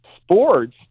sports